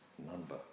number